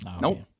Nope